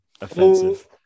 offensive